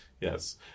Yes